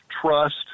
trust